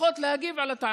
לפחות להגיב על הטענות.